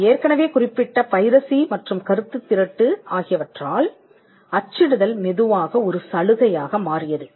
நாம் ஏற்கனவே குறிப்பிட்ட பைரசி மற்றும் கருத்துத் திருட்டு ஆகியவற்றால் அச்சிடுதல் மெதுவாக ஒரு சலுகையாக மாறியது